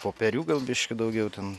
popierių gal biškį daugiau ten